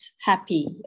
happy